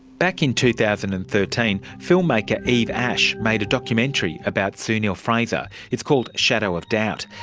back in two thousand and thirteen film-maker eve ash made a documentary about sue neill-fraser, it's called shadow of doubt.